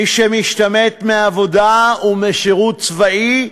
מי שמשתמט מעבודה ומשירות צבאי,